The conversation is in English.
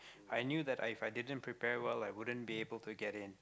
I knew that I If i didn't prepare well I wouldn't be able to get it